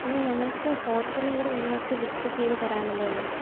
പിന്ന ഞങ്ങൾക്ക് ഹോട്ടലും കൂടെ നിങ്ങൾക്ക് ബുക്ക് ചെയ്ത് താരാമല്ലോ അല്ലേ